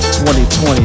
2020